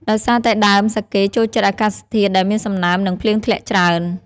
ដោយសារតែដើមសាកេចូលចិត្តអាកាសធាតុដែលមានសំណើម និងភ្លៀងធ្លាក់ច្រើន។